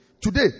Today